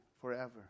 forever